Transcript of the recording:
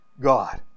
God